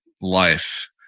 life